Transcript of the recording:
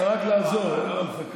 רק לעזור, אין מה לפקח.